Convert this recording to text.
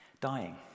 dying